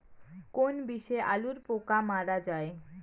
কোন বিষে আলুর পোকা মারা যায়?